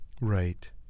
Right